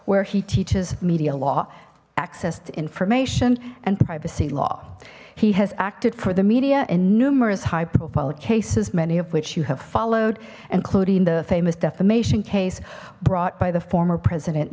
where he teaches media law access to information and privacy law he has acted for the media in numerous high profile cases many of which you have followed including the famous defamation case brought by the former president